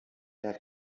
der